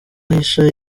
ahisha